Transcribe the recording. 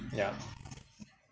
yeah